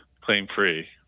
claim-free